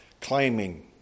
claiming